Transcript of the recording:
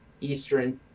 Eastern